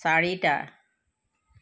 চাৰিটা